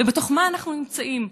ובתוך מה אנחנו נמצאים?